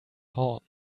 horn